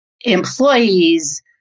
employees